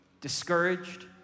discouraged